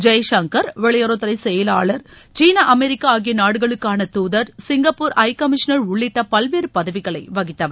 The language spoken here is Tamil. ஜெய்சங்கள் வெளியுறவுத் துறை செயலாளர் சீனா அமெரிக்கா ஆகிய நாடுகளுக்கான தூதர் சிங்கப்பூர் ஹை கமிஷ்னர் உள்ளிட்ட பல்வேறு பதவிகளை வகித்தவர்